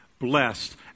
blessed